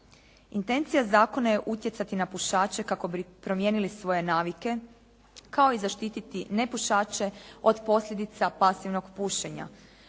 Intencija zakona je utjecati na pušače kako bi promijenili svoje navike kao i zaštititi nepušače od posljedica pasivnog pušenja.